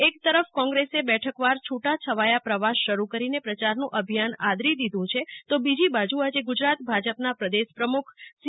એકતરફ કોંગ્રેસે બેઠકવાર છૂટાછવાયા પ્રવાસ શરૂ કરીને પ્રચારનું અભિયાન આદરી દીધું છે તો બીજી બાજુ આજે ગુજરાત ભાજપના પ્રદેશ પ્રમુખ સી